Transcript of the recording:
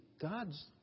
God's